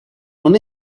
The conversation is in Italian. non